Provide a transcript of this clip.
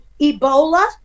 Ebola